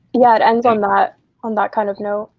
yeah, it ends on that on that kind of note.